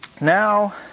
now